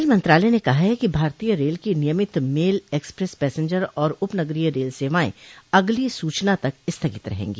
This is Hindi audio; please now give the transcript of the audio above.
रेल मंत्रालय ने कहा है कि भारतीय रेल की नियमित मेल एक्सप्रेस पैसेंजर और उपनगरोय रेल सेवाएं अगली सूचना तक स्थगित रहेंगी